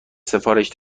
سفارش